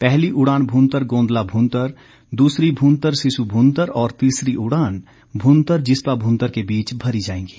पहली उड़ान भुंतर गोंदला भुंतर दूसरी भुंतर सिस्सू भुंतर और तीसरी उड़ान भुंतर जिस्पा भुंतर के बीच भरी जाएंगी